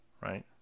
Right